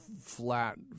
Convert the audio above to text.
flat